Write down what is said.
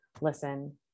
Listen